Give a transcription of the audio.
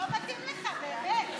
לא מתאים לך, באמת.